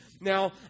Now